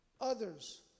Others